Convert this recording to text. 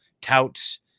touts